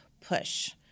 push